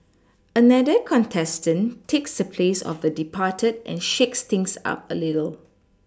another contestant takes the place of the departed and shakes things up a little